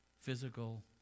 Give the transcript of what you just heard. physical